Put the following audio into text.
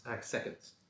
seconds